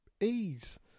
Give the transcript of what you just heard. ease